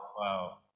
Wow